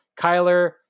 Kyler